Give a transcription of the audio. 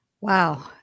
Wow